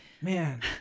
man